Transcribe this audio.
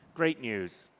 great news.